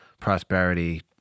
prosperity